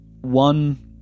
one